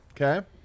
Okay